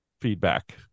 feedback